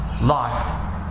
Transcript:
life